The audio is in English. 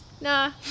nah